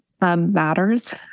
matters